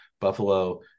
Buffalo